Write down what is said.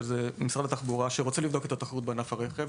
שזה משרד התחבורה שרוצה לבדוק את התחרות בענף הרכב,